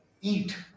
eat